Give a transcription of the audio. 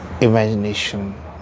imagination